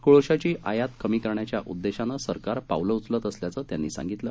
कोळशाची आयात कमी करण्याच्या उद्देशानं सरकार पावलं उचलत असल्याचं त्यांनी सांगितलं